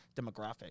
demographic